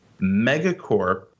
Megacorp